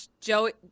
Joey